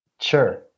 Sure